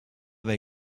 they